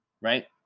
right